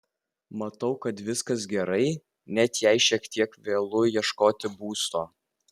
matau kad viskas gerai net jei šiek tiek vėlu ieškoti būsto